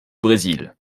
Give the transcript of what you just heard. brésil